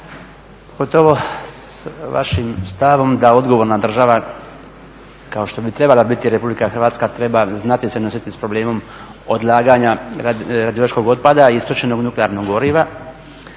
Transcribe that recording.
kao što bi trebala biti Republika Hrvatska treba znati se nositi sa problemom odlaganja radiološkog otpada i istrošenog nuklearnog goriva